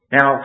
Now